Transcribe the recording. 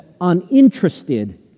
uninterested